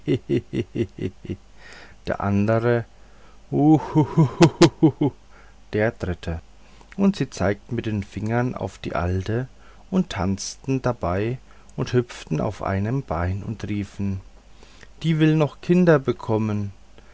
der andre huhuhu der dritte und sie zeigten mit fingern auf die alte und tanzten dabei und hüpften auf einem bein und riefen die will noch kinder bekommen